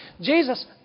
Jesus